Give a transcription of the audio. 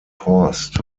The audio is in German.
horst